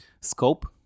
scope